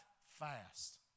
fast